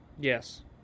Yes